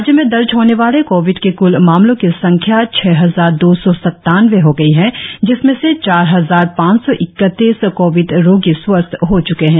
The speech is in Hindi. राज्य में दर्ज होने वाले कोविड के क्ल मामलों की संख्या छह हजार दो सै सत्तानवे हो गई है जिसमें से चार हजार पाच सौ इक्कतीस कोविड रोगी स्वस्थ हो च्के है